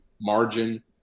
margin